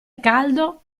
caldo